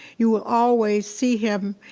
you will always see him,